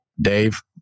Dave